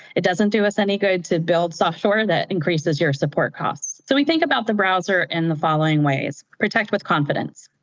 it doesn't do us any good to build software that increases your support costs. so we think about the browser in the following ways protect with confidence.